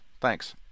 Thanks